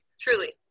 Truly